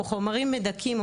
או חומרים מדכאים,